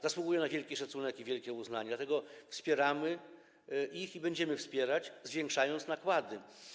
Zasługują na wielki szacunek i wielkie uznanie, dlatego wspieramy ich i będziemy wspierać, zwiększając nakłady.